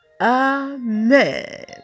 Amen